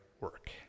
work